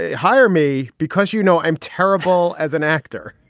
ah hire me because you know i'm terrible as an actor